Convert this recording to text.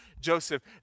Joseph